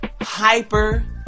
hyper-